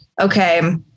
okay